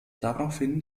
daraufhin